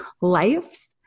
life